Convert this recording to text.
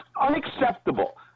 unacceptable